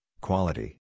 quality